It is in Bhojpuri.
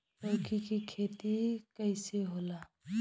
लौकी के खेती कइसे होला?